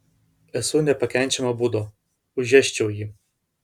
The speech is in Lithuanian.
esu nepakenčiamo būdo užėsčiau jį